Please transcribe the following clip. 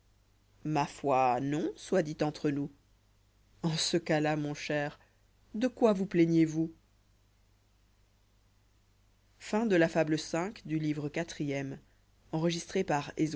ma foinon soit dit entre nous en ce cas-là mori cher de quoi vous plaignez-vous